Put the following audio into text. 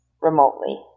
remotely